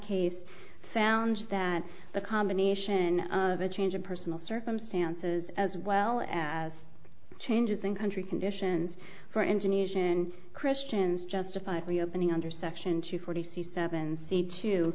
case found that the combination of a change of personal circumstances as well as changes in country conditions for engineers and christians justified reopening under section two forty seven c two